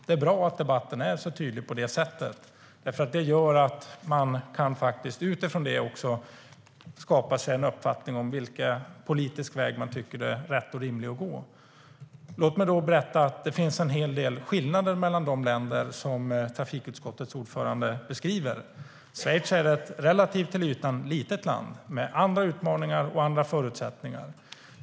Det är bra att debatten är så tydlig, för det gör att människor kan skapa sig en uppfattning om vilken politisk väg som är rätt och rimlig att gå. Låt mig berätta att det finns en hel del skillnader mellan de länder som trafikutskottets ordförande beskriver. Schweiz är ett till ytan relativt litet land med andra utmaningar och förutsättningar.